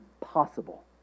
possible